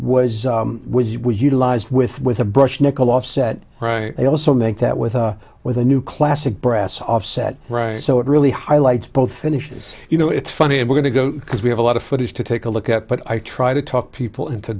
piece was was utilized with with a brush nickel offset they also make that with a with a new classic brass offset right so it really highlights both finishes you know it's funny i'm going to go because we have a lot of footage to take a look at but i try to talk people into